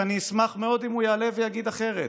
ואני אשמח מאוד אם הוא יעלה ויגיד אחרת,